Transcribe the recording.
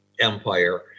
empire